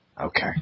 Okay